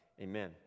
Amen